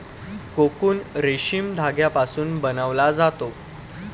cocoon रेशीम धाग्यापासून बनवला जातो